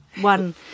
one